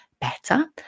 better